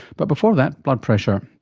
but before that blood pressure.